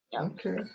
Okay